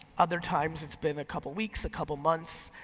other times it's been a couple weeks, a couple months.